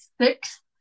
six